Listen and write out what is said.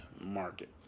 market